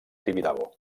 tibidabo